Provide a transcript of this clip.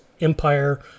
Empire